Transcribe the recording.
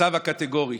הצו הקטגורי: